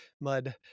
mud